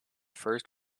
first